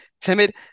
Timid